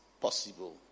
possible